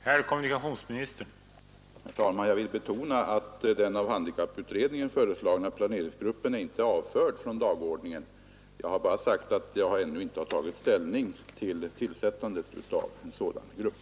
Herr talman! Jag vill betona att den av handikapputredningen föreslagna planeringsgruppen inte är avförd från dagordningen. Jag har bara sagt att jag ännu inte har tagit ställning till frågan om tillsättandet av en sådan grupp.